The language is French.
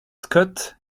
scott